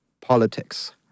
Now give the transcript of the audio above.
politics